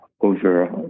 over